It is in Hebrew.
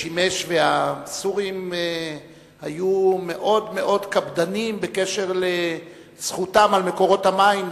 והסורים היו מאוד מאוד קפדנים בקשר לזכותם על מקורות המים,